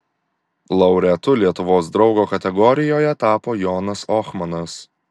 laureatu lietuvos draugo kategorijoje tapo jonas ohmanas